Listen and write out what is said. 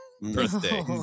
birthday